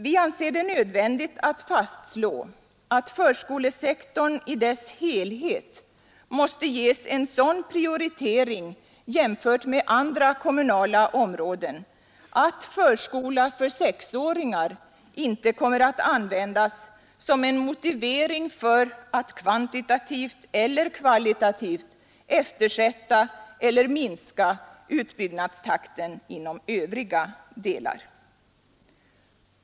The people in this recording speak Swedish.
Vi anser det nödvändigt att fastslå att förskolesektorn i dess helhet måste ges en sådan prioritering jämfört med andra kommunala områden att förskola för sexåringar inte kommer att användas som en motivering för att kvantitativt eller kvalitativt eftersätta eller minska utbyggnadstakten inom övriga delar.